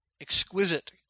exquisite